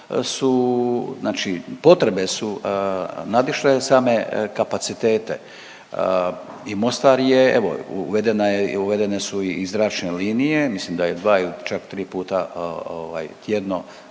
potrebe su nadišle same kapacitete i Mostar je evo, uvedena je i uvedene su i zračne linije, mislim da je 2 ili čak 3 puta tjedno